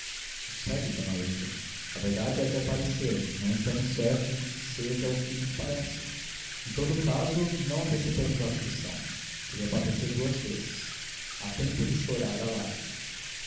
sossegue d úrsula a verdade há de aparecer e não estamos certos de que seja o que nos parece em todo o caso não antecipemos a aflição seria padecer duas vezes há tempo de chorar à larga